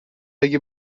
اگه